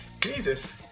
Jesus